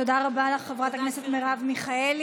תודה רבה לך, חברת הכנסת מרב מיכאלי.